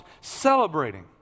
celebrating